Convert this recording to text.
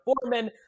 Foreman